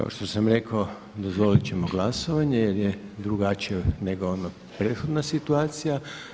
Kao što sam rekao, dozvoliti ćemo glasovanje jer je drugačije nego ona prethodna situacija.